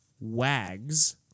Wags